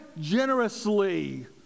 generously